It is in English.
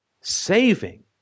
Saving